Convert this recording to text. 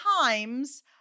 times